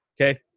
Okay